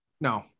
No